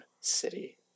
city